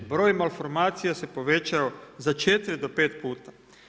Broj malfromacija se povećao za 4 do 5 puta.